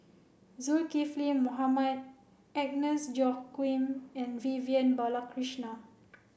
Zulkifli Mohamed Agnes Joaquim and Vivian Balakrishnan